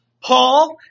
Paul